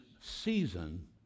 season